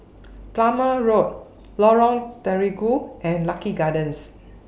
Plumer Road Lorong Terigu and Lucky Gardens